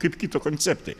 kaip kito konceptai